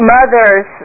Mothers